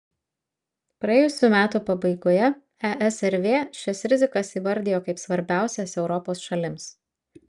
praėjusių metų pabaigoje esrv šias rizikas įvardijo kaip svarbiausias europos šalims